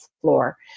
floor